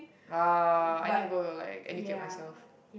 uh I need to go and like educate myself